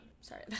Sorry